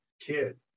kid